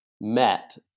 met